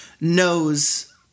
knows